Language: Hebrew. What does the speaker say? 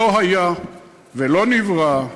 לא היה ולא נברא,